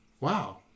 wow